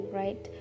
right